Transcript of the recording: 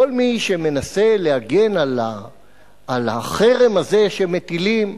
חלק ממי שמנסים להגן על החרם הזה אומרים: